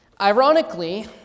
Ironically